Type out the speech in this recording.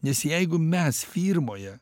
nes jeigu mes firmoje